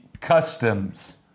customs